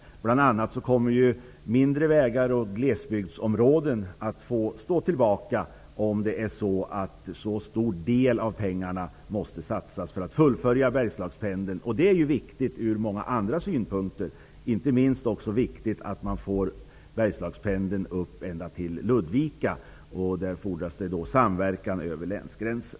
Bl.a. kommer mindre vägar och glesbygdsområden att få stå tillbaka, om en så stor del av pengarna måste satsas för att fullfölja Bergslagspendeln. Det är ju viktigt från många andra synpunkter, inte minst att Bergslagspendeln får gå ända upp till Ludvika. Där fordras det samverkan över länsgränsen.